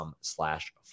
slash